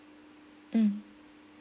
mm